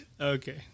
okay